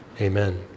Amen